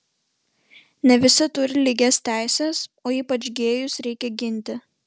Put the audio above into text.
ne visi turi lygias teises o ypač gėjus reikia ginti